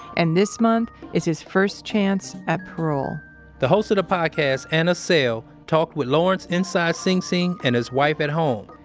and this month is his first chance at parole the host of the podcast, anna sale, talked with lawrence inside sing sing and his wife at home.